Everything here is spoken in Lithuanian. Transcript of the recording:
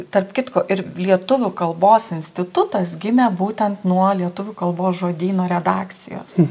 tarp kitko ir lietuvių kalbos institutas gimė būten nuo lietuvių kalbos žodyno redakcijos